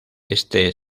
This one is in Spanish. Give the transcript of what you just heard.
este